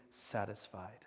satisfied